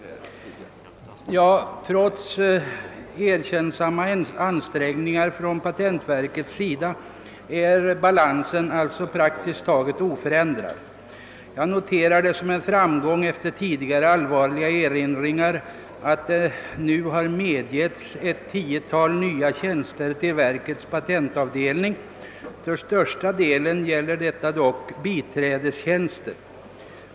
Trots erkännansvärda ansträngningar från patentverkets sida är alltså balansen praktiskt taget oförändrad. Jag noterar det som en framgång för tidigare allvarliga erinringar, att det nu föreslagits att verkets patentavdelning skall få ett tiotal nya tjänster. Till största delen är detta dock biträdestjänster.